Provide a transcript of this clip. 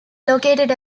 located